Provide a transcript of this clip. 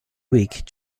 week